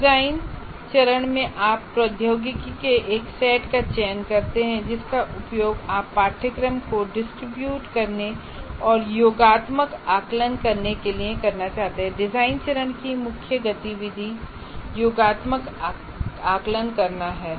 design चरण में आप प्रौद्योगिकियों के एक सेट का चयन करते हैं जिसका उपयोग आप पाठ्यक्रम को डिस्ट्रीब्यूट करने और योगात्मक आकलन करने के लिए करना चाहते हैं डिजाइन चरण की मुख्य गतिविधि योगात्मक आकलन करना है